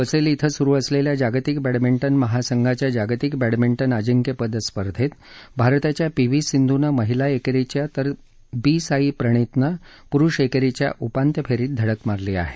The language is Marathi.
स्वित्झर्लंडमध्ये बसेल डिं सुरू असलेल्या जागतिक बॅडमिंटन महासंघाच्या जागतिक बॅडमिंटन अजिंक्यपद स्पर्धेत भारताच्या पी व्ही सिंधूनं महिला एकेरीच्या तर बी साई प्रणीतनं पुरुष एकेरीच्या उपांत्य फेरीत धडक मारली आहे